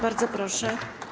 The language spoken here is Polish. Bardzo proszę.